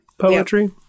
poetry